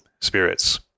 Spirits